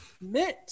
Mint